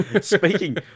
Speaking